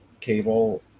cable